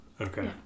Okay